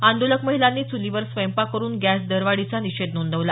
आंदोलक महिलांनी चुलीवर स्वयंपाक करून गॅस दरवाढीचा निषंध नोंदवला